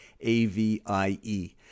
A-V-I-E